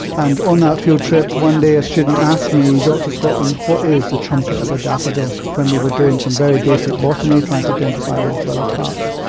and on that field trip one day a student asked me, dr scotland, what is the trumpet of a daffodil when we were doing some very basic botany, trying to identify all the flower parts.